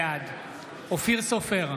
בעד אופיר סופר,